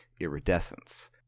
iridescence